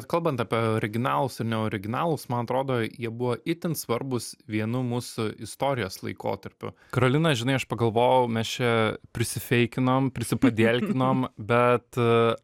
kalbant apie originalus ir neoriginalūs man atrodo jie buvo itin svarbūs vienu musų istorijos laikotarpiu karolina žinai aš pagalvojau mes čia prisifeikinom prisipadielkinom bet